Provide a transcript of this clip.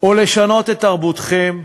או לשנות את תרבותכם,